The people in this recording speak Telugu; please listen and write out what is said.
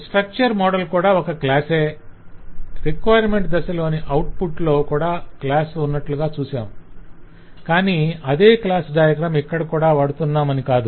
స్ట్రక్చర్ మోడల్ కూడా ఒక క్లాసే రిక్వైర్మెంట్స్ దశలోని ఔట్పుట్ లో కూడా క్లాస్ ఉన్నట్లు చూశాం కానీ అదే క్లాస్ డయాగ్రం ఇక్కడ కూడా వాడుతున్నామని కాదు